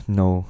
no